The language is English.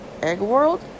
Eggworld